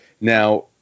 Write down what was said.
Now